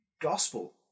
gospel